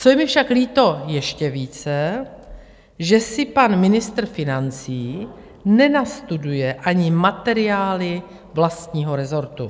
Co je mi však líto ještě více, že si pan ministr financí nenastuduje ani materiály vlastního rezortu.